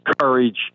courage